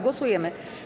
Głosujemy.